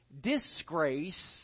disgrace